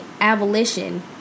abolition